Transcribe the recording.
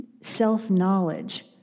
self-knowledge